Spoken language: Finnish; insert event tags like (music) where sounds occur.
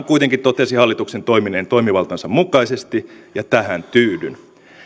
(unintelligible) kuitenkin totesi hallituksen toimineen toimivaltansa mukaisesti ja tähän tyydyn